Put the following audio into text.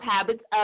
habits